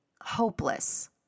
hopeless